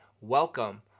welcome